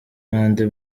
n’andi